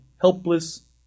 helpless